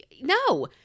no